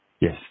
Yes